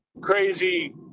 crazy